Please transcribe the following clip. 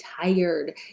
tired